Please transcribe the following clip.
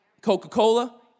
Coca-Cola